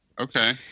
Okay